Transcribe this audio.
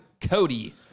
Cody